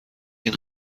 این